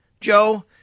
Joe